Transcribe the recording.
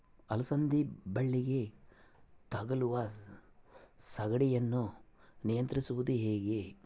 ಅಲಸಂದಿ ಬಳ್ಳಿಗೆ ತಗುಲುವ ಸೇಗಡಿ ಯನ್ನು ನಿಯಂತ್ರಿಸುವುದು ಹೇಗೆ?